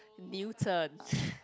Newton